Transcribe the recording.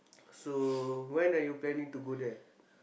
so when are you planning to go there